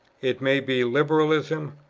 it may be liberalism,